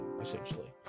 essentially